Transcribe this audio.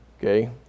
Okay